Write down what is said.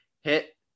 hit